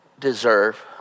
Deserve